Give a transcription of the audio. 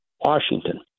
Washington